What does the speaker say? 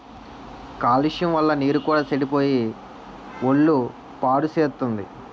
కాలుష్యం వల్ల నీరు కూడా సెడిపోయి ఒళ్ళు పాడుసేత్తుంది